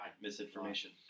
Misinformation